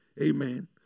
Amen